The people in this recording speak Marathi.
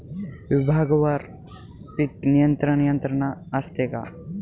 विभागवार पीक नियंत्रण यंत्रणा असते का?